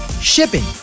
Shipping